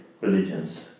religions